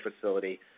facility